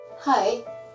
Hi